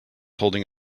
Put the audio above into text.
holding